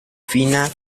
fina